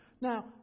Now